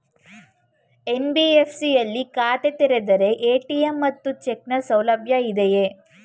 NBFC ಯಲ್ಲಿ ಖಾತೆ ತೆರೆದರೆ ಎ.ಟಿ.ಎಂ ಮತ್ತು ಚೆಕ್ ನ ಸೌಲಭ್ಯ ಇದೆಯಾ?